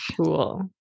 Cool